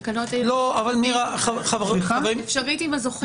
תקנות העיריות (מכרזים) --- אפשרית עם הזוכה.